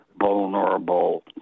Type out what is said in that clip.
vulnerable